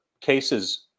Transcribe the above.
cases